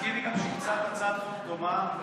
תזכירי גם שהוצעה הצעת חוק דומה,